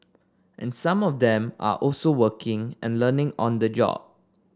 and some of them are also working and learning on the job